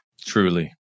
Truly